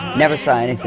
never seen and